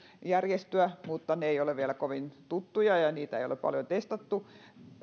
järjestyä mutta ne eivät ole vielä kovin tuttuja ja niitä ei ole paljon testattu